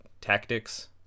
Tactics